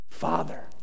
father